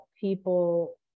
people